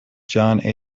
john